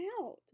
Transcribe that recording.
out